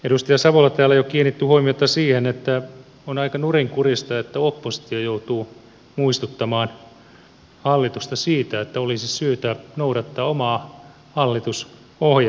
edustaja savola täällä jo kiinnitti huomiota siihen että on aika nurinkurista että oppositio joutuu muistuttamaan hallitusta siitä että olisi syytä noudattaa omaa hallitusohjelmaansa